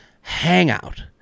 hangout